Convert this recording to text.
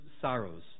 sorrows